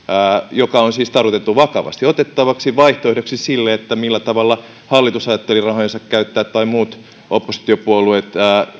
joka on siis tarkoitettu vakavasti otettavaksi vaihtoehdoksi sille millä tavalla hallitus ajatteli rahojansa käyttää tai muut oppositiopuolueet